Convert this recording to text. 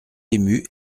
émue